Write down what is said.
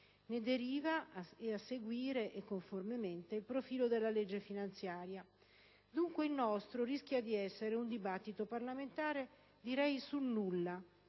ne deriva, a seguire e conformemente, il profilo della legge finanziaria. Dunque, direi che il nostro rischia di essere un dibattito parlamentare sul nulla.